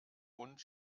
und